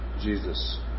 Jesus